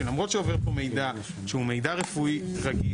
למרות שעובר פה מידע שהוא מידע רפואי רגיש